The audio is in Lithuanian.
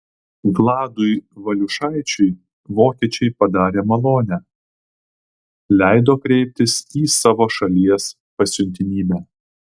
vladui valiušaičiui vokiečiai padarė malonę leido kreiptis į savo šalies pasiuntinybę